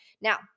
Now